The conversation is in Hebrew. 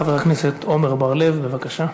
חבר הכנסת עמר בר-לב, בבקשה.